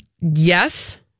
yes